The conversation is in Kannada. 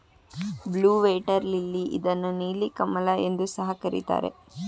ಬ್ಲೂ ವೇಟರ್ ಲಿಲ್ಲಿ ಇದನ್ನು ನೀಲಿ ಕಮಲ ಎಂದು ಸಹ ಕರಿತಾರೆ